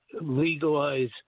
legalize